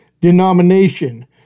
Denomination